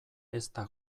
ezta